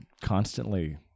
constantly